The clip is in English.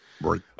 Right